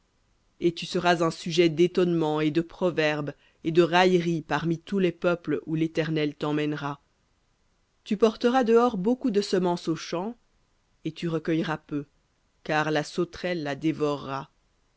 et tu seras un sujet d'étonnement et de proverbe et de raillerie parmi tous les peuples où léternel temmènera tu porteras dehors beaucoup de semence au champ et tu recueilleras peu car la sauterelle la dévorera